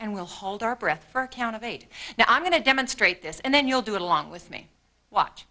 and we'll hold our breath for a count of eight now i'm going to demonstrate this and then you'll do it along with me watch